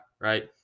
right